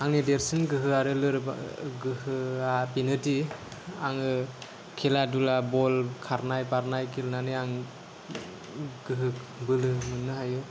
आंनि देरसिन गोहो आरो लोरबां गोहोआ बेनोदि आङो खेला धुला बल खारनाय बारनाय गेलेनानै आं गोहो बोलो मोननो हायो